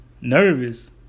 Nervous